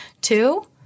two